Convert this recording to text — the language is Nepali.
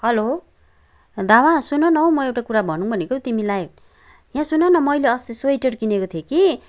हलो दावा सुनन हौ म एउटा कुरा भनूँ भनेको तिमीलाई यहाँ सुनन मैले अस्ति स्वेटर किनेको थिएँ कि